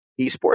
Esports